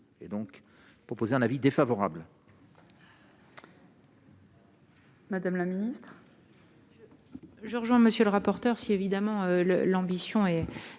et donc proposer un avis défavorable.